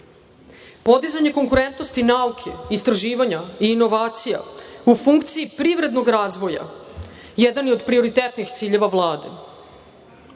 Podizanje konkurentnosti nauke, istraživanja i inovacija u funkciji privrednog razvoja jedan je od prioritetnih ciljeva Vlade.